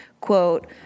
quote